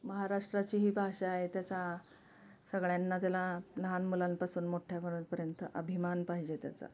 महाराष्ट्राची ही भाषा आहे त्याचा सगळ्यांना त्याला लहान मुलांपासून मोठ्यापर्यंत अभिमान पाहिजे त्याचा